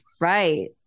right